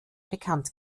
bekannt